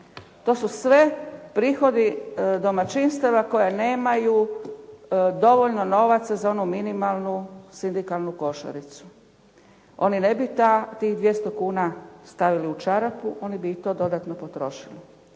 to su sve prihodi domaćinstava koja nemaju dovoljno novaca za onu minimalnu sindikalnu košaricu. Oni ne bi tih 200 kuna stavili u čarapu, oni bi i to dodatno potrošili.